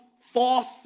false